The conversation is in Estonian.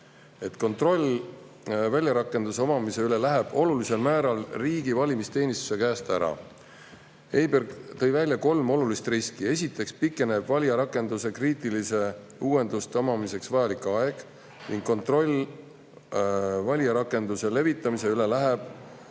kontroll valijarakenduse omandamise üle läheb olulisel määral riigi valimisteenistuse käest ära. Ta tõi välja kolm olulist riski. Esiteks pikeneb valijarakenduse kriitiliste uuenduste omandamiseks vajalik aeg ning kontroll valijarakenduse levitamise üle läheb